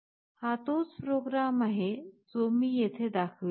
हा तोच प्रोग्रॅम आहे जो मी येथे दाखविला आहे